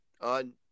on